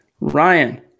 Ryan